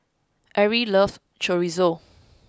Arrie loves Chorizo